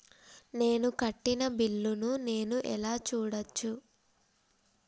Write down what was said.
నేను కట్టిన బిల్లు ను నేను ఎలా చూడచ్చు?